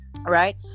Right